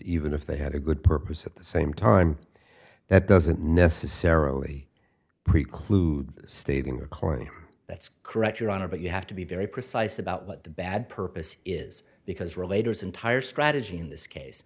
even if they had a good purpose at the same time that doesn't necessarily preclude stating record that's correct your honor but you have to be very precise about what the bad purpose is because relator is entire strategy in this case